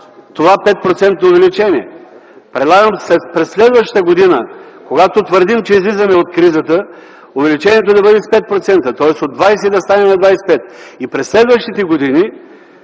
увеличение. Предлагам през следващата година, когато твърдим, че излизаме от кризата, увеличението да бъде с 5%, тоест от 20 да стане на 25, и през следващите години